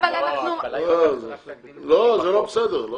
לא, זה לא בסדר.